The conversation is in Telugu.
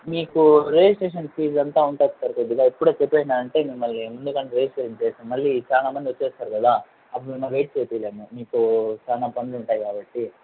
మీకు రిజిస్ట్రేషన్ ఫీజు అంతా ఉంటుంది సార్ కొద్దిగా ఇప్పుడే చెప్పేసినారంటే ఇంక మళ్ళీ ముందుగానే రిజిస్ట్రేషన్ చేస్తాను మళ్ళీ చాలా మంది వచ్చేస్తారు కదా అప్పుడు మిమ్మల్ని వెయిట్ చేపీలేము మీకు చాలా పనులుంటాయి కాబట్టి